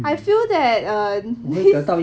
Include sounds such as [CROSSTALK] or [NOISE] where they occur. I feel that err [LAUGHS]